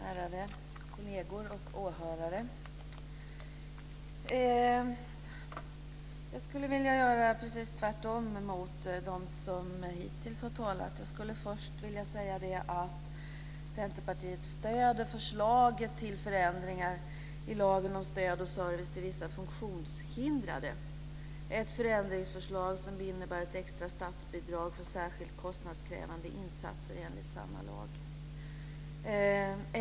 Fru talman, ärade kolleger och åhörare! Jag skulle vilja göra precis tvärtemot de som hittills har talat. Jag skulle först vilja säga att Centerpartiet stöder förslaget till förändringar i lagen om stöd och service till vissa funktionshindrade, ett förändringsförslag som innebär ett extra statsbidrag för särskilt kostnadskrävande insatser enligt samma lag.